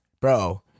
bro